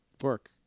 work